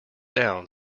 down